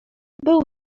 był